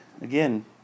Again